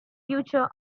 future